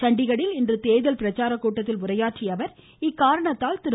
சண்டிகரில் இன்று தேர்தல் பிரச்சாரக்கூட்டத்தில் உரையாற்றிய அவர் இக்காரணத்தால் திரு